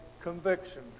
conviction